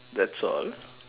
that's all